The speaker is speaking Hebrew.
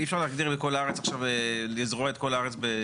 אי אפשר לזרוע את כל הארץ בשלטים.